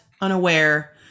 unaware